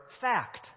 fact